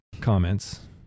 comments